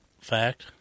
fact